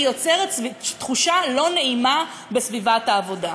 כי היא "יוצרת תחושה לא נעימה בסביבת העבודה".